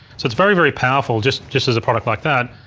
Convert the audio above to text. so it's very very powerful just just as a product like that.